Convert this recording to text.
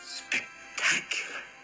spectacular